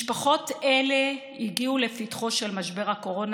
משפחות אלה הגיעו לפתחו של משבר הקורונה